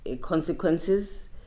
consequences